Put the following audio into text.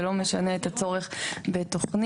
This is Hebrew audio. זה לא משנה את הצורך בתוכנית,